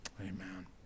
Amen